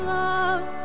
love